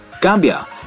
Gambia